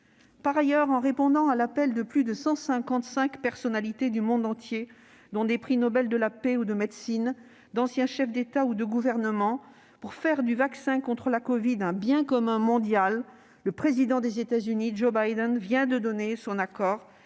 Par ailleurs, en répondant à l'appel de plus de 155 personnalités du monde entier, dont des prix Nobel de la paix ou de médecine et d'anciens chefs d'État ou de gouvernement, pour faire du vaccin contre la covid un « bien commun mondial », le président des États-Unis, Joe Biden, vient de donner son accord